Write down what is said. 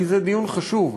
כי זה דיון חשוב,